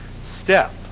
step